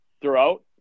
throughout